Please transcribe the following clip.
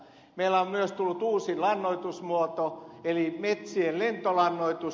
meille on myös tullut uusi lannoitusmuoto eli metsien lentolannoitus